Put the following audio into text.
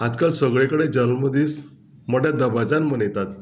आजकाल सगळे कडेन जल्मदीस मोठ्या दबाजान मनयतात